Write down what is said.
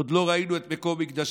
עוד לא ראינו את מקום מקדשנו,